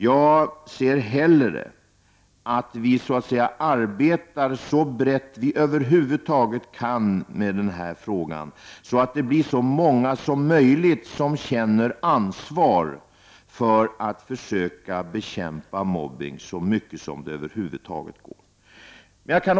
Jag ser hellre att vi arbetar så brett vi över huvud taget kan med denna fråga, så att det blir så många som möjligt som känner ansvar för att försöka bekämpa mobbning så mycket som det över huvud taget går.